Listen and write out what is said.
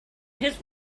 his